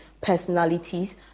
personalities